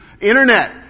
Internet